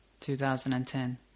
2010